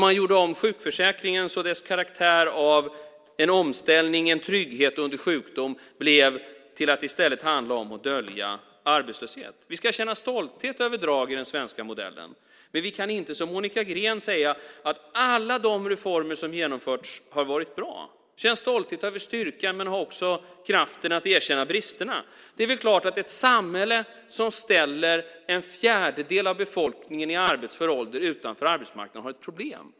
Man gjorde om sjukförsäkringen så att dess karaktär av trygghet under sjukdom blev till att i stället handla om att dölja arbetslöshet. Vi ska känna stolthet över drag i den svenska modellen, men vi kan inte som Monica Green säga att alla de reformer som har genomförts har varit bra. Känn stolthet över styrkan men ha också kraften att erkänna bristerna! Det är väl klart att ett samhälle som ställer en fjärdedel av befolkningen i arbetsför ålder utanför arbetsmarknaden har ett problem.